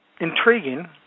intriguing